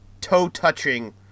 toe-touching